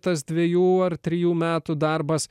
tas dvejų ar trijų metų darbas